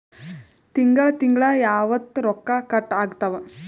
ತಿಂಗಳ ತಿಂಗ್ಳ ಯಾವತ್ತ ರೊಕ್ಕ ಕಟ್ ಆಗ್ತಾವ?